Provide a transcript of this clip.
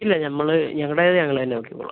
ഇല്ല നമ്മൾ ഞങ്ങളുടേത് ഞങ്ങൾ തന്നെ നോക്കിക്കോളാം